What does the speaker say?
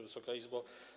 Wysoka Izbo!